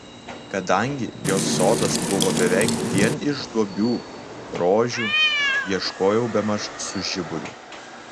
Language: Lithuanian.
kadangi jos sodas buvo beveik vien iš duobių rožių ieškojau bemaž su žiburiu